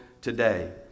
today